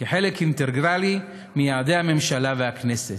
כחלק אינטגרלי מיעדי הממשלה והכנסת.